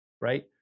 Right